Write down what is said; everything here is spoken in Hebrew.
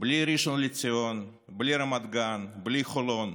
בלי ראשון לציון, בלי רמת גן, בלי חולון,